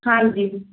ਹਾਂਜੀ ਜੀ